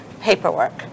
paperwork